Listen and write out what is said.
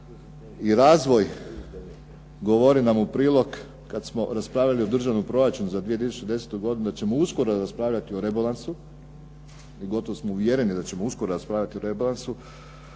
i razvoj govore nam u prilog kad smo raspravljali o Državnom proračunu za 2010. godinu da ćemo uskoro raspravljati o rebalansu i gotovo smo uvjereni da ćemo uskoro raspravljati o rebalansu.